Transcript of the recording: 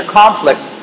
conflict